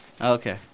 Okay